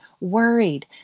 worried